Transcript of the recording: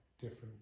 different